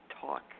talk